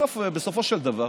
בסופו של דבר,